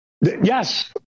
Yes